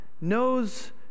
knows